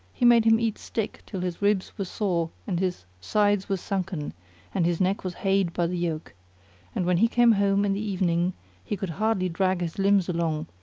he made him eat stick till his ribs were sore and his sides were sunken and his neck was hayed by the yoke and when he came home in the evening he could hardly drag his limbs along,